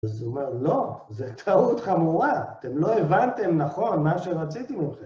אז הוא אומר, לא, זה טעות חמורה, אתם לא הבנתם נכון מה שרציתי ממכם.